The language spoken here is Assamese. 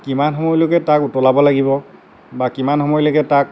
কিমান সময়লৈকে তাক উতলাব লাগিব বা কিমান সময়লৈকে তাক